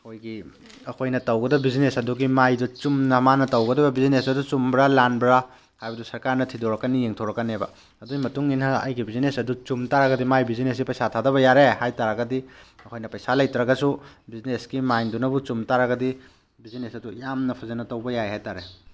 ꯑꯩꯈꯣꯏꯒꯤ ꯑꯩꯈꯣꯏꯅ ꯇꯧꯒꯗ ꯕꯤꯖꯤꯅꯦꯁ ꯑꯗꯨꯒꯤ ꯃꯥꯏꯗꯣ ꯆꯨꯝꯅ ꯃꯥꯅ ꯇꯧꯒꯗꯕ ꯕꯤꯖꯤꯅꯦꯁ ꯑꯗꯣ ꯆꯨꯝꯕ꯭ꯔꯥ ꯂꯥꯟꯕ꯭ꯔꯥ ꯍꯥꯏꯕꯗꯨ ꯁ꯭ꯔꯀꯥꯔꯅ ꯊꯤꯗꯣꯔꯛꯀꯅꯤ ꯌꯦꯡꯊꯣꯔꯛꯀꯅꯦꯕ ꯑꯗꯨꯒꯤ ꯃꯇꯨꯡ ꯏꯟꯅ ꯑꯩꯒꯤ ꯕꯤꯖꯤꯅꯦꯁ ꯑꯗꯨ ꯆꯨꯝ ꯇꯥꯔꯒꯗꯤ ꯃꯥꯏ ꯕꯤꯖꯤꯅꯦꯁꯁꯦ ꯄꯩꯁꯥ ꯊꯥꯗꯕ ꯌꯥꯔꯦ ꯍꯥꯏ ꯇꯥꯔꯒꯗꯤ ꯑꯩꯈꯣꯏꯅ ꯄꯩꯁꯥ ꯂꯩꯇ꯭ꯔꯒꯁꯨ ꯕꯤꯖꯤꯅꯦꯁꯀꯤ ꯃꯥꯏꯟꯗꯨꯅꯕꯨ ꯆꯨꯝ ꯇꯥꯔꯒꯗꯤ ꯕꯤꯖꯤꯅꯦꯁ ꯑꯗꯨ ꯌꯥꯝꯅ ꯐꯖꯅ ꯇꯧꯕ ꯌꯥꯏ ꯍꯥꯏꯇꯥꯔꯦ